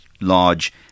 large